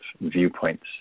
viewpoints